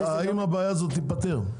האם הבעיה תיפטר.